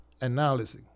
analysis